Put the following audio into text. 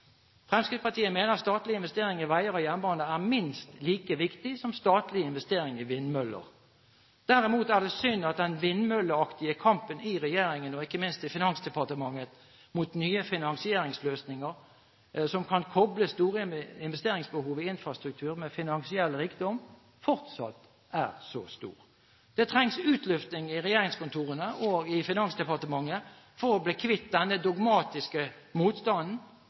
Fremskrittspartiet mener statlig investering i veier og jernbane er minst like viktig som statlig investering i vindmøller. Derimot er det synd at den vindmølleaktige kampen i regjeringen, og ikke minst i Finansdepartementet, mot nye finansieringsløsninger som kan koble store investeringsbehov i infrastruktur med finansiell rikdom, fortsatt er så stor. Det trengs utluftning i regjeringskontorene og i Finansdepartementet for å bli kvitt denne dogmatiske motstanden